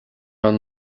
raibh